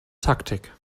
taktik